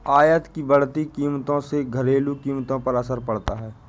आयात की बढ़ती कीमतों से घरेलू कीमतों पर असर पड़ता है